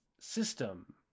system